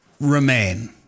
remain